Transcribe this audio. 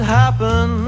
happen